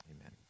amen